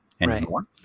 anymore